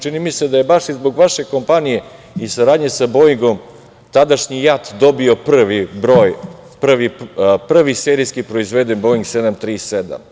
Čini mi se da je baš i zbog vaše kompanije i saradnje sa „Boingom“, tadašnji JAT dobio prvi serijski proizveden „boing 737“